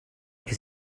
his